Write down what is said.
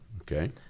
Okay